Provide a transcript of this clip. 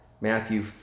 Matthew